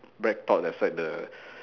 breadtalk that side the